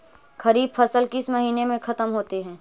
खरिफ फसल किस महीने में ख़त्म होते हैं?